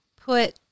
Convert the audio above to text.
put